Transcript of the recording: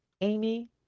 Amy